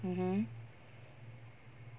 mmhmm